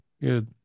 Good